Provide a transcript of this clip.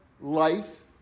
life